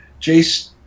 Jace